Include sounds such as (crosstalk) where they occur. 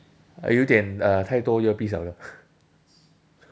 I 有点 uh 太多 earpiece 了了 (laughs)